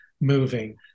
moving